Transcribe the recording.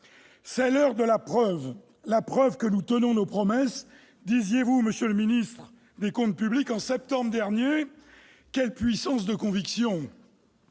C'est l'heure de la preuve, la preuve que nous tenons nos promesses », disiez-vous, monsieur le ministre de l'action et des comptes publics, en septembre dernier. Quelle puissance de conviction !